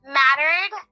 mattered